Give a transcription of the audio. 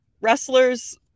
wrestlers